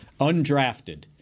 undrafted